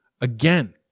again